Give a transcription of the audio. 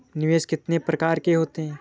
निवेश कितने प्रकार के होते हैं?